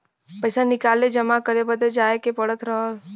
पइसा निकाले जमा करे बदे जाए के पड़त रहल